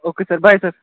okay sir bye sir